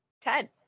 Ted